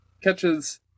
catches